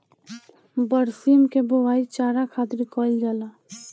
बरसीम के बोआई चारा खातिर कईल जाला